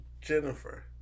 Jennifer